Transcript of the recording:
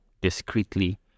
discreetly